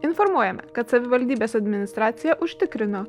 informuojame kad savivaldybės administracija užtikrino